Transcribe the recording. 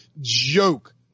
joke